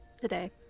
Today